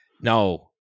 No